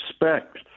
respect